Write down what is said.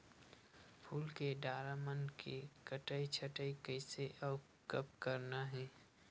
फूल के डारा मन के कटई छटई कइसे अउ कब करना हे?